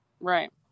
Right